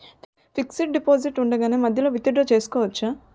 Fixed deposit ఉండగానే మధ్యలో withdraw చేసుకోవచ్చా?